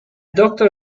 doctor